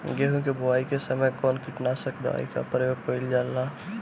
गेहूं के बोआई के समय कवन किटनाशक दवाई का प्रयोग कइल जा ला?